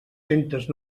centes